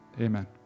amen